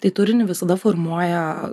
tai turinį visada formuoja